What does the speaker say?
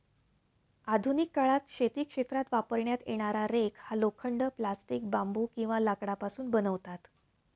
आधुनिक काळात शेती क्षेत्रात वापरण्यात येणारा रेक हा लोखंड, प्लास्टिक, बांबू किंवा लाकडापासून बनवतात